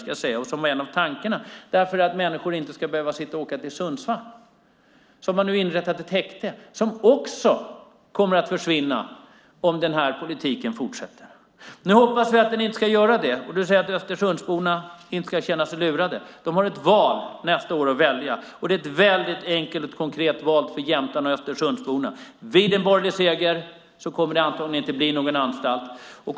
Där var en av tankarna att människor inte ska behöva åka till Sundsvall. Därför har man inrättat ett häkte som nu också kommer att försvinna om denna politik fortsätter. Nu hoppas vi att den inte ska göra det. Du säger att Östersundsborna inte ska känna sig lurade. De har ett val att göra nästa år, och det är ett enkelt och konkret val för jämtarna och Östersundsborna. Vid en borgerlig seger kommer det antagligen inte att bli någon anstalt.